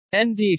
ND